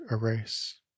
erase